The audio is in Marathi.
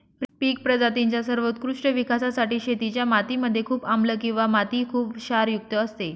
पिक प्रजातींच्या सर्वोत्कृष्ट विकासासाठी शेतीच्या माती मध्ये खूप आम्लं किंवा माती खुप क्षारयुक्त असते